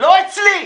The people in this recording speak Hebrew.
לא אצלי.